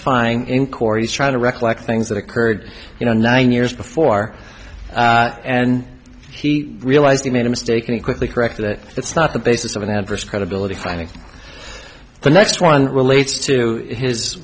he's trying to recollect things that occurred you know nine years before and he realized he made a mistake and quickly corrected it it's not the basis of an adverse credibility finding the next one relates to his